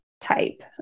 type